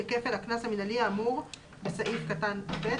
יהיה כפל הקנס המינהלי האמור בסעיף קטן (ב),